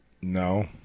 No